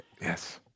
Yes